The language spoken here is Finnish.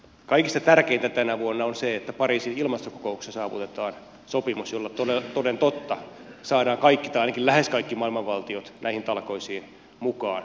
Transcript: kaikista tärkeintä tänä vuonna on se että pariisin ilmastokokouksessa saavutetaan sopimus jolla toden totta saadaan kaikki tai ainakin lähes kaikki maailman valtiot näihin talkoisiin mukaan